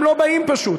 הם לא באים פשוט.